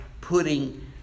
putting